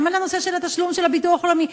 גם על הנושא של התשלום של הביטוח הלאומי.